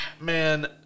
man